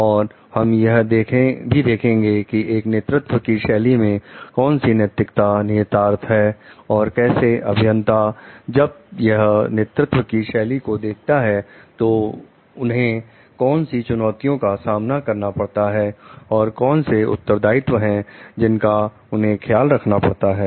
और हम यह भी देखेंगे कि एस नेतृत्व की शैली में कौन सी नैतिकता निहितार्थ है और कैसे अभियंता जब यह नेतृत्व की शैली को दिखाते हैं तो उन्हें कौन सी चुनौतियों का सामना करना पड़ता है और कौन से उत्तरदायित्व हैं जिनका उन्हें ख्याल रखने की आवश्यकता है